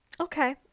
Okay